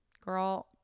girl